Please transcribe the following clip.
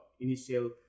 initial